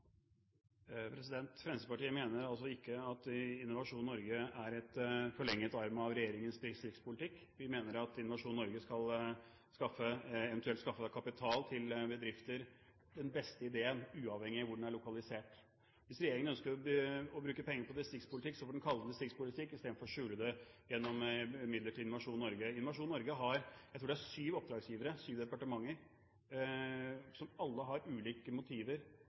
Fremskrittspartiet mener altså ikke at Innovasjon Norge er en forlenget arm av regjeringens distriktspolitikk. Vi mener at Innovasjon Norge eventuelt skal skaffe kapital til bedrifter med den beste ideen, uavhengig av hvor den er lokalisert. Hvis regjeringen ønsker å bruke penger på distriktspolitikk, får man kalle det distriktspolitikk i stedet for å skjule det gjennom midler til Innovasjon Norge. Innovasjon Norge har syv – tror jeg – oppdragsgivere, syv departementer, som alle har ulike motiver.